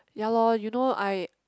ya lor you know I